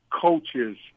coaches